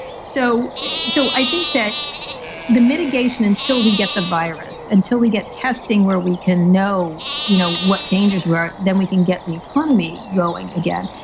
so so i think that the mitigation until we get the virus, until we get testing where we can know you know what dangers were, then we can get the economy going again.